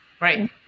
Right